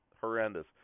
horrendous